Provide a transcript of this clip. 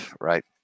Right